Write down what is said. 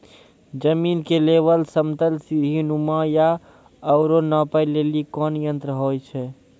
जमीन के लेवल समतल सीढी नुमा या औरो नापै लेली कोन यंत्र होय छै?